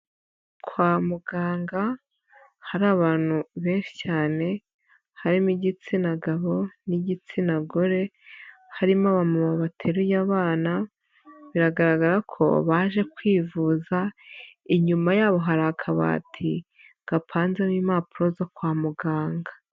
Kwa muganga hari abantu benshi cyane harimo igitsina gabo n'igitsina gore harimo abamama bateruye abana biragaragara ko baje kwivuza, inyuma yabo hari akabati gapanzemo impapuro zo kwa muganga.